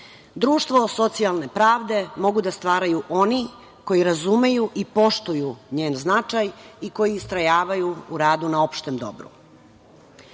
ljudi. Društvo socijalne pravde mogu da stvaraju oni koji razumeju i poštuju njen značaj i koji istrajavaju u radu na opštem